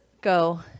go